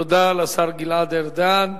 תודה לשר גלעד ארדן.